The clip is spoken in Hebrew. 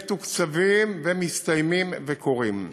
מתוקצבים ומסתיימים וקורים.